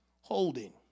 holding